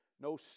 no